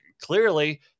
clearly